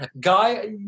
Guy